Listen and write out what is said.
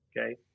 okay